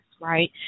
right